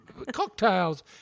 cocktails